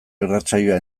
irratsaioa